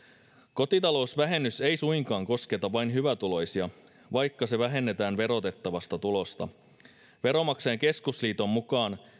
kotitalousvähennys ei suinkaan kosketa vain hyvätuloisia vaikka se vähennetään verotettavasta tulosta veronmaksajain keskusliiton mukaan